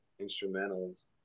instrumentals